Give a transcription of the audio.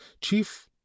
chief